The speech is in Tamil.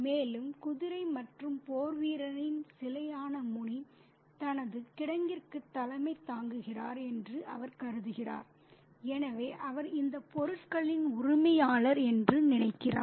மேலும் குதிரை மற்றும் போர்வீரனின் சிலையான முனி தனது கிடங்கிற்கு தலைமை தாங்குகிறார் என்று அவர் கருதுகிறார் எனவே அவர் இந்த பொருட்களின் உரிமையாளர் என்று நினைக்கிறார்